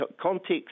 Context